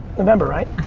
november, right?